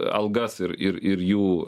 algas ir ir ir jų